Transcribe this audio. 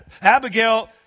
Abigail